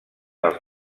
als